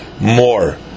more